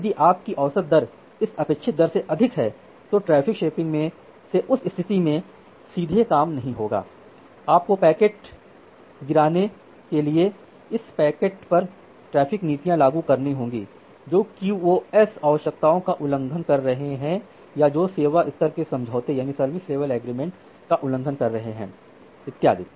यदि आपकी औसत दर इस अपेक्षित दर से अधिक हैं तो ट्रैफ़िक शेपिंग से उस स्थिति में सीधे काम नहीं होगा आपको पैकेट को गिराने के लिए ऐसे पैकटों पर ट्रैफ़िक नीतियां लागू करनी होगी जो QoS आवश्यकताओं का उल्लंघन कर रहे हैं या जो सेवा स्तर के समझौते का उल्लंघन कर रहे हैं इत्यादि